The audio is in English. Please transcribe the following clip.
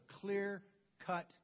clear-cut